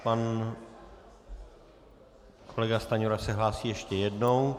Pan kolega Stanjura se hlásí ještě jednou.